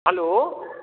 hello